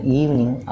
evening